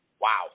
wow